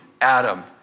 Adam